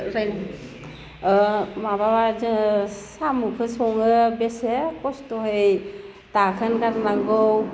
माब्लाबा जोङो साम'खो सङो बेसे खस्थ'यै दाखोन गारनांगौ